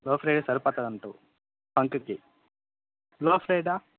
లో ప్రైజే సరిపోతాదంటావ్ ఫంక్కి లో ప్రైడా